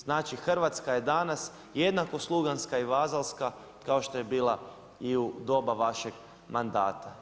Znači Hrvatska je danas jednako sluganska i vazalska kao što je bila i u doba vašeg mandata.